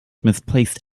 misplaced